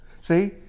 See